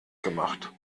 gemacht